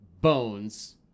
bones